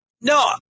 no